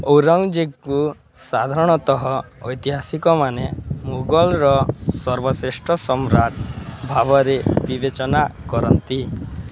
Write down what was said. ଔରଙ୍ଗଜେବଙ୍କୁ ସାଧାରଣତଃ ଐତିହାସିକମାନେ ମୋଗଲର ସର୍ବଶ୍ରେଷ୍ଠ ସମ୍ରାଟ ଭାବରେ ବିବେଚନା କରନ୍ତି